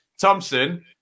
Thompson